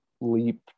leap